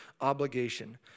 obligation